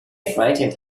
frightened